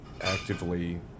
actively